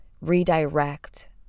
redirect